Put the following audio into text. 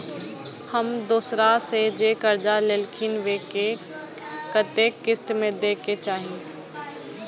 हम दोसरा से जे कर्जा लेलखिन वे के कतेक किस्त में दे के चाही?